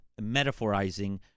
metaphorizing